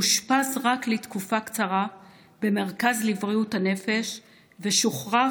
הוא אושפז רק לתקופה קצרה במרכז לבריאות הנפש ושוחרר,